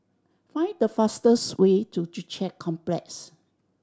find the fastest way to Joo Chiat Complex